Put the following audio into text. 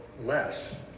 Less